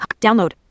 Download